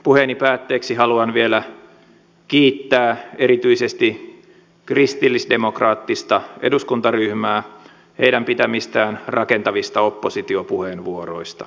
puheeni päätteeksi haluan vielä kiittää erityisesti kristillisdemokraattista eduskuntaryhmää heidän pitämistään rakentavista oppositiopuheenvuoroista